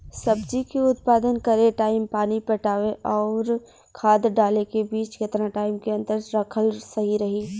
सब्जी के उत्पादन करे टाइम पानी पटावे आउर खाद डाले के बीच केतना टाइम के अंतर रखल सही रही?